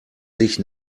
sich